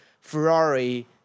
Ferrari